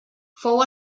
fou